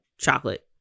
chocolate